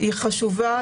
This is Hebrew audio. היא חשובה,